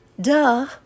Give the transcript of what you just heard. duh